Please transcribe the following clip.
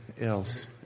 else